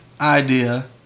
idea